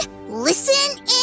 listen